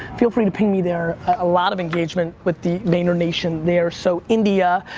feel free to ping me there. a lot of engagement with the vayner nation there. so india,